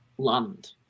Land